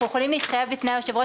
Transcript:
אנחנו יכולים להתחייב בפני היושב-ראש,